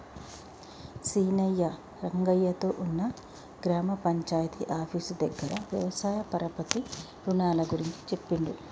సీనయ్య రంగయ్య తో ఉన్న గ్రామ పంచాయితీ ఆఫీసు దగ్గర వ్యవసాయ పరపతి రుణాల గురించి చెప్పిండు